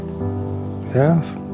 yes